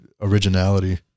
originality